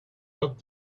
but